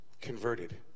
converted